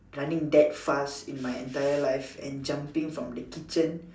running that fast in my entire life and jumping from the kitchen